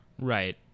Right